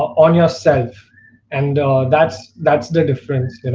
on your self and that's that's the difference,